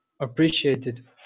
appreciated